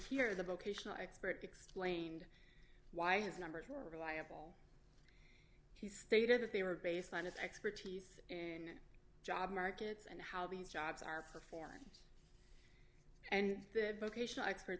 here the vocational expert explained why his numbers were reliable he stated that they were based on its expertise in job markets and how these jobs are performed and vocational experts